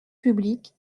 public